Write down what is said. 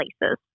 places